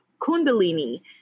Kundalini